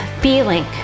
feeling